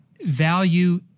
value